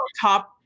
top